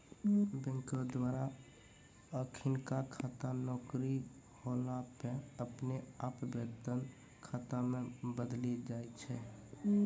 बैंको द्वारा अखिनका खाता नौकरी होला पे अपने आप वेतन खाता मे बदली जाय छै